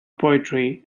poetry